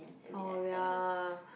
oh ya